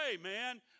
man